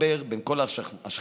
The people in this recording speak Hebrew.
ולחבר בין כל השכבות,